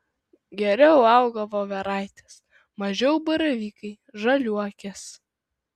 geriau auga voveraitės mažiau baravykai žaliuokės